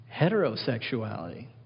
heterosexuality